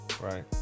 right